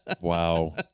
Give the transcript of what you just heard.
wow